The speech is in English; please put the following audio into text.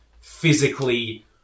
physically